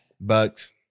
Bucks